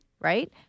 Right